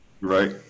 right